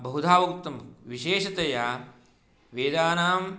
बहुधा उक्तं विशेषतया वेदानां